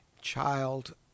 child